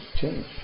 change